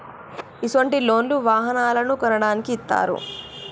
ఇసొంటి లోన్లు వాహనాలను కొనడానికి ఇత్తారు